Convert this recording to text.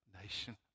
nation